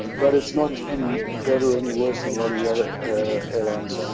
but it's not any better or any worse than a lot of the other airlines. um